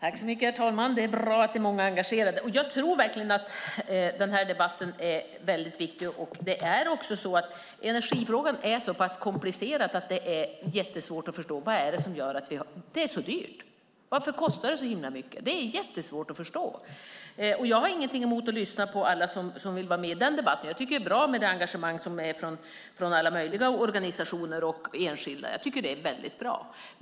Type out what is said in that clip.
Herr talman! Det är bra att det är många som är engagerade. Jag tror verkligen att den här debatten är väldigt viktig. Energifrågan är också så pass komplicerad att det är jättesvårt att förstå vad det är som gör att det är så dyrt. Varför kostar det så himla mycket? Det är jättesvårt att förstå. Jag har ingenting emot att lyssna på alla som vill vara med i den debatten. Jag tycker att det är väldigt bra med det engagemang som finns från alla möjliga organisationer och enskilda.